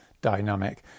dynamic